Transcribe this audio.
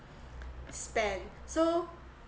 spend so